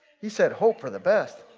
he said hope for the best.